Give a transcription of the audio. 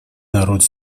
народ